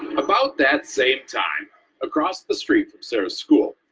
about that same time across the street from sara's school,